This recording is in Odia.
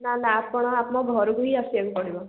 ନା ନା ଆପଣ ଆମ ଘରକୁ ହିଁ ଆସିବାକୁ ପଡ଼ିବ